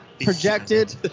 projected